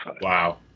Wow